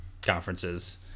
conferences